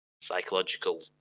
psychological